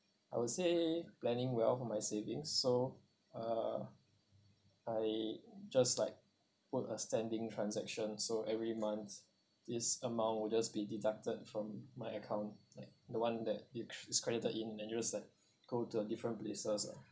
I would say planning well from my savings so uh I just like put a standing transaction so every month this amount will just be deducted from my account like the one that which is credited in and it was like go to a different places lah